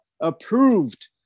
approved